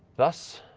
thus,